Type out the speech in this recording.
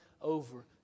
over